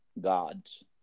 gods